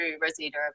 rosita